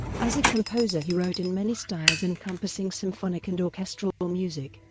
as a composer he wrote in many styles encompassing symphonic and orchestral but music,